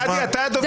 ולדי, אתה הדובר הבא.